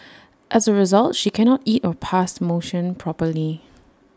as A result she cannot eat or pass motion properly